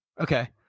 okay